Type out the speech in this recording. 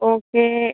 okay